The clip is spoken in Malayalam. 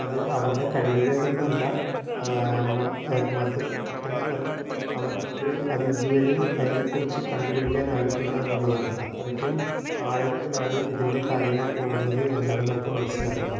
അത് അവരുടെ കഴിവുകേടൊന്നുമല്ല മറ്റതിൽപരം അവർക്ക് അത് ഇതുവരെയും അതിനെക്കുറിച്ച് കണ്ടുപിടിക്കാനായിട്ടില്ല എന്നുള്ളതാണ് അത്രക്കും ആഴത്തിലാണ് ഇതിന്റെ കാര്യങ്ങൾ പോകുന്നത് എന്നാണ് നമുക്ക് മനസ്സിലാക്കേണ്ടത്